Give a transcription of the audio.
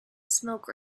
smoke